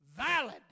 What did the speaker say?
Valid